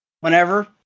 whenever